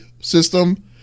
system